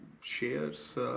shares